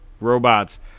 robots